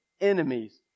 enemies